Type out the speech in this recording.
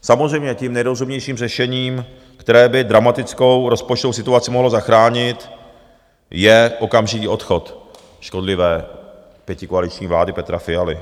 Samozřejmě tím nejrozumnějším řešením, které by dramatickou rozpočtovou situaci mohlo zachránit, je okamžitý odchod škodlivé pětikoaliční vlády Petra Fialy.